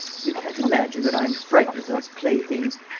you can't imagine that i am frightened of those playthings!